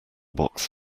box